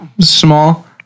small